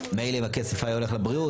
מילא אם הכסף היה הולך לבריאות.